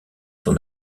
son